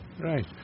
Right